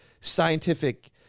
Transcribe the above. scientific